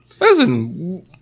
Listen